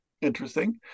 interesting